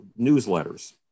newsletters